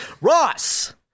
Ross